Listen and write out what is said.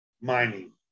mining